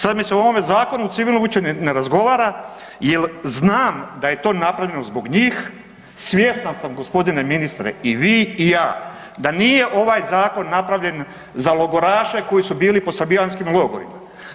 Sad mi se o ovom zakonu civilnom uopće ne razgovara, jer znam da je to napravljeno zbog njih, svjestan sam gospodine ministre i vi i ja da nije ovaj zakon napravljen za logoraše koji su bili po srbijanskim logorima.